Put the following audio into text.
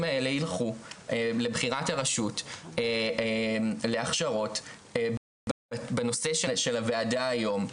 האלה ילכו לבחירת הרשות להכשרות בנושא של הוועדה היום.